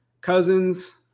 Cousins